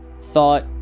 thought